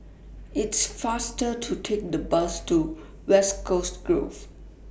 It's faster to Take The Bus to West Coast Grove